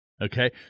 Okay